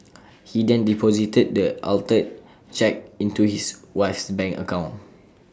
he then deposited the altered cheque into his wife's bank account